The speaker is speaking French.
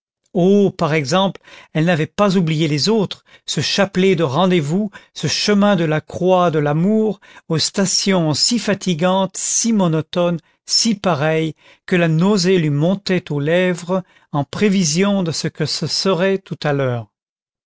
oh par exemple elle n'avait pas oublié les autres ce chapelet de rendez-vous ce chemin de la croix de l'amour aux stations si fatigantes si monotones si pareilles que la nausée lui montait aux lèvres en prévision de ce que ce serait tout à l'heure